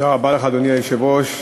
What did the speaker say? אדוני היושב-ראש,